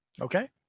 Okay